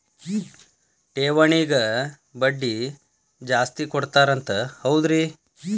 ಠೇವಣಿಗ ಬಡ್ಡಿ ಜಾಸ್ತಿ ಕೊಡ್ತಾರಂತ ಹೌದ್ರಿ?